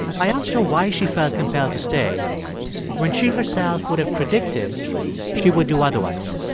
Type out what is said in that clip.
i asked her why she felt compelled to stay when she herself would have predicted she would do otherwise